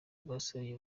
bwasabiye